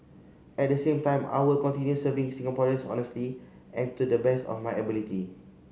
at the same time I will continue serving Singaporeans honestly and to the best of my ability